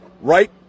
Right